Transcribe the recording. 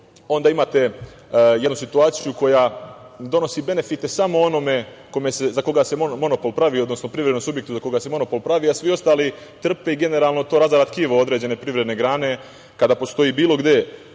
onda imate jednu situaciju koja donosi benefite samo onome za koga se monopol pravi, odnosno privrednom subjektu za koga se monopol pravi, a svi ostali trpe i to razara tkivo određene privredne grane kada postoji bilo gde